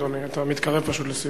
אדוני, אתה מתקרב לסיום.